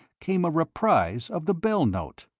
came a reprise of the bell note!